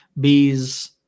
bees